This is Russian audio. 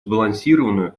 сбалансированную